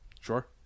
Sure